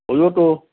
হলেওতো